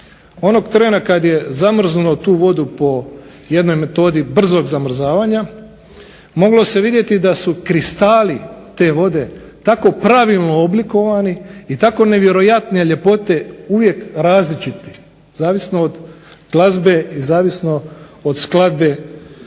Onog trena kada je zamrznuo tu vodu po jednoj metodi brzog zamrzavanja moglo se vidjeti da su kristali te vode tako pravilno oblikovani i tako nevjerojatne ljepote uvijek različiti, zavisno od glazbe i zavisno od skladbe koja